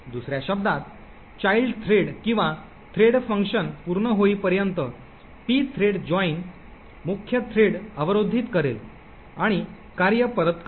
दुसर्या शब्दांत child thread किंवा थ्रेडफंक पूर्ण होईपर्यंत pthread join मुख्य थ्रेड अवरोधित करेल आणि कार्य परत करेल